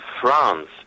France